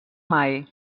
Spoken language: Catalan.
mai